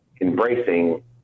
embracing